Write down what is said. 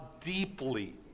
deeply